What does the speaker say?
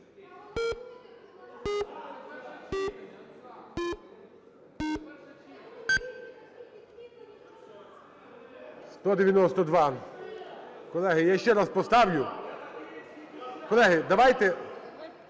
За-192 Колеги, я ще раз поставлю. Колеги, давайте